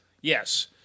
yes